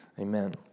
Amen